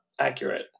accurate